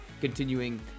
continuing